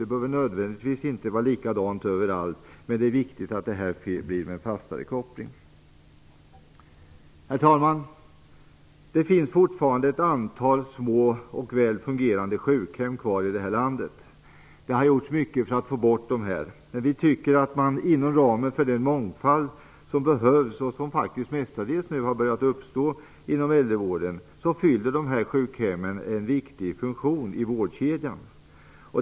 Det behöver inte nödvändigtvis vara likadant överallt, men det är viktigt att åstadkomma en fastare koppling. Herr talman! Det finns fortfarande ett antal små och väl fungerande sjukhem kvar här i landet. Det har gjorts mycket för att få bort dem. Men vi tycker att sjukhemmen fyller en viktig funktion i vårdkedjan, inom ramen för den mångfald som behövs och som faktiskt nu mestadels har börjat uppstå inom äldrevården.